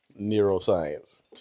Neuroscience